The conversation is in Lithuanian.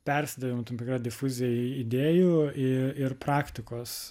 persidavimo tam tikra difuzijai idėjų ir praktikos